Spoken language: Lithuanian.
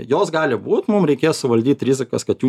jos gali būt mum reikės suvaldyt rizikas kad jų